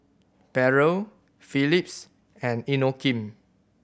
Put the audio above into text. Barrel Phillips and Inokim